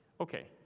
Okay